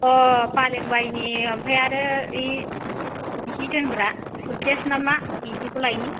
अह फालें बायनि आमफाय आरो इ जि दोनग्रा सुरकेस ना मा बिदिखौ लायनि